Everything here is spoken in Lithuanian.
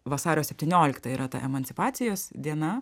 vasario septyniolikta yra ta emancipacijos diena